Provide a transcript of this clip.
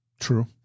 True